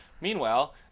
meanwhile